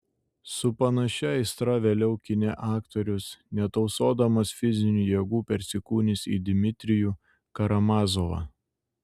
su panašia aistra vėliau kine aktorius netausodamas fizinių jėgų persikūnys į dmitrijų karamazovą